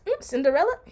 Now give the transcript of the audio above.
Cinderella